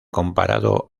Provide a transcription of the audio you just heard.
comparado